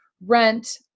rent